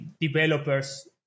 developers